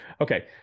okay